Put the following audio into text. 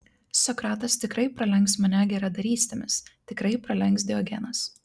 sokratas tikrai pralenks mane geradarystėmis tikrai pralenks diogenas